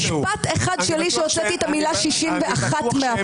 משפטית באיזון שבין שלוש הרשויות.